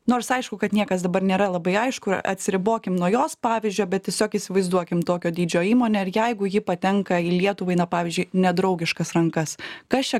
nors aišku kad niekas dabar nėra labai aišku atsiribokim nuo jos pavyzdžio bet tiesiog įsivaizduokim tokio dydžio įmonę ir jeigu ji patenka į lietuvai na pavyzdžiui nedraugiškas rankas kas čia